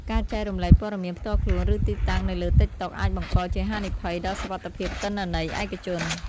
ការចែករំលែកព័ត៌មានផ្ទាល់ខ្លួន ឬទីតាំងនៅលើតិកតុកអាចបង្កជាហានិភ័យដល់សុវត្ថិភាពទិន្នន័យឯកជន។